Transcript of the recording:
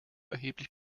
erheblich